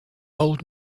old